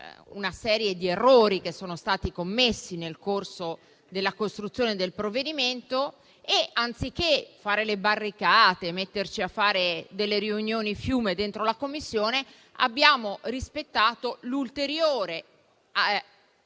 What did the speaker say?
una serie di errori che sono stati commessi nel corso della costruzione del provvedimento; anziché fare le barricate, metterci a fare delle riunioni fiume in Commissione, abbiamo rispettato l'ulteriore